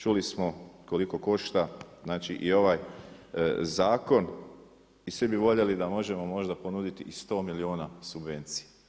Čuli smo koliko košta i ovaj zakon i svi bi voljeli da možemo možda ponuditi i 100 milijuna subvencija.